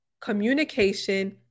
communication